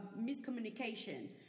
miscommunication